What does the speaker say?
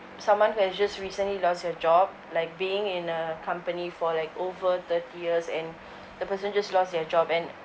someone who has just recently lost their job like being in a company for like over thirty years and the person just lost their job and